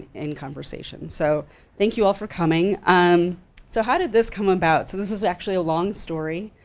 in conversation. so thank you all for coming. um so how did this come about? so this is actually a long story,